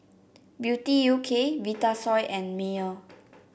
Beauty U K Vitasoy and Mayer